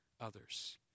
others